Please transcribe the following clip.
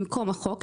במקום החוק,